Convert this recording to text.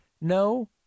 no